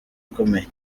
akomeye